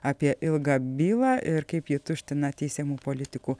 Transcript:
apie ilgą bylą ir kaip ji tuština teisiamų politikų